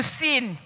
sin